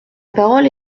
parole